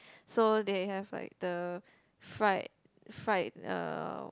so they have like the fried fried uh